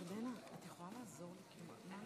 גברתי היושבת-ראש, חברי